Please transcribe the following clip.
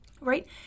right